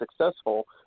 successful